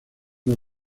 una